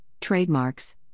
Trademarks